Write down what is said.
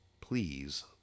please